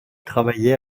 travaillait